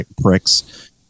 pricks